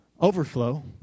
overflow